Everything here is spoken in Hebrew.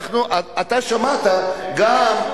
אתה שמעת גם,